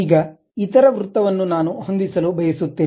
ಈಗ ಇತರ ವೃತ್ತವನ್ನು ನಾನು ಹೊಂದಿಸಲು ಬಯಸುತ್ತೇನೆ